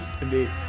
Indeed